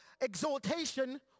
exaltation